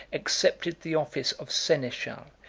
accepted the office of seneschal,